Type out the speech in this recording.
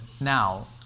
now